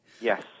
Yes